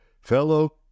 fellow